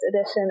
edition